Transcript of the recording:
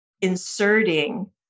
inserting